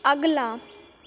अगला